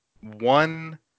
One